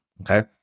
Okay